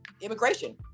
immigration